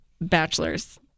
bachelor's